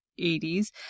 80s